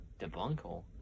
Debunkle